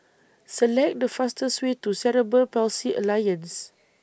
Select The fastest Way to Cerebral Palsy Alliance